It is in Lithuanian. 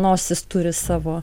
nosis turi savo